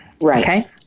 Right